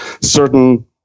certain